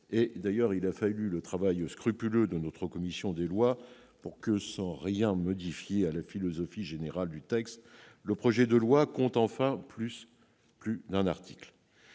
et simplicité, et il a fallu le travail scrupuleux de notre commission des lois pour que, sans rien modifier à la philosophie générale du texte, le projet de loi compte enfin plus d'un article.